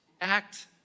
act